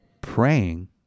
praying